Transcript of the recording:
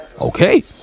Okay